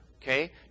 Okay